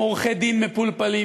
עם עורכי-דין מפולפלים.